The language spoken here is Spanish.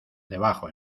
debajo